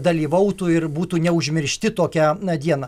dalyvautų ir būtų neužmiršti tokią dieną